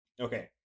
Okay